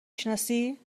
شناسی